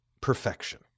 perfection